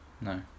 no